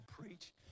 preach